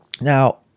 Now